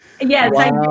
Yes